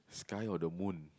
sky or the moon